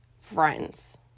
friends